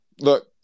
look